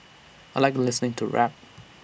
I Like listening to rap